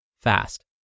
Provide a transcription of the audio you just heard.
fast